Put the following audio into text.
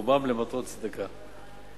ורובם למטרות צדקה.